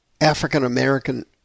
African-American